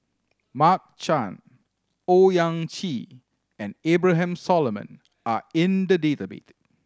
Mark Chan Owyang Chi and Abraham Solomon are in the database